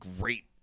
great